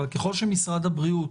אבל ככל שמשרד הבריאות